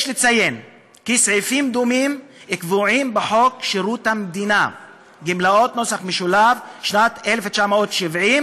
יש לציין כי סעיפים דומים קבועים בחוק שירות המדינה (גמלאות) משנת 1970,